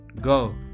go